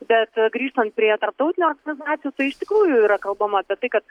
bet grįžtant prie tarptautinių organizacijų tai iš tikrųjų yra kalbama apie tai kad